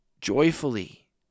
joyfully